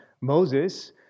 Moses